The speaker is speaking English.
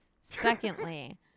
Secondly